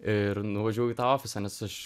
ir nuvažiavau į tą ofisą nes aš